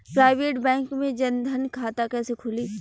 Private bank मे जन धन खाता कैसे खुली?